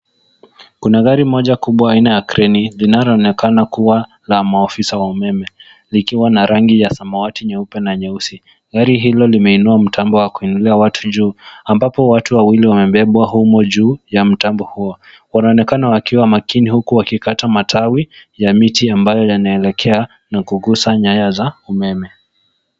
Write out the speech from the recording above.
Kuna gari moja kubwa aina ya kreni linaloonekana kuwa la maafisa wa umeme likiwa na rangi ya samawati, nyeupe na nyeusi. Gari hilo limeinua mtambo wa kuinulia watu juu ambapo watu wawili wamebebwa humu juu ya mtambo huo. Wanaonekana wakiwa makini huku wakikata matawi ya miti ambayo yanaelekea na kugusa nyaya za umeme.